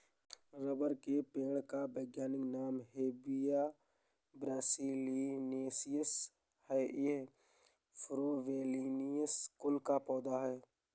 rubber के पेड़ का वैज्ञानिक नाम हेविया ब्रासिलिनेसिस है ये युफोर्बिएसी कुल का पौधा है